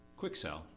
QuickSell